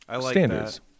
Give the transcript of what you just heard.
standards